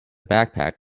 backpack